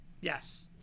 Yes